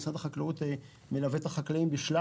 משרד החקלאות מלווה את החקלאים בשלל